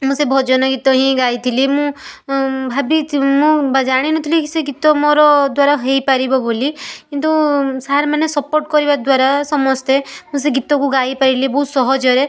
ମୁଁ ସେ ଭଜନ ଗୀତ ହିଁ ଗାଇଥିଲି ମୁଁ ମୁଁ ଭାବି ମୁଁ ଜାଣିନଥିଲି କି ସେ ଗୀତ ମୋ ଦ୍ଵାରା ହେଇପାରିବ ବୋଲି କିନ୍ତୁ ସାର ମାନେ ସପୋର୍ଟ କରିବା ଦ୍ଵାରା ସମସ୍ତେ ମୁଁ ସେ ଗୀତକୁ ଗାଇପାଇଲି ବହୁତ ସହଜରେ